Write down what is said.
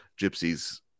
gypsies